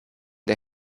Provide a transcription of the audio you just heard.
der